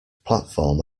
platform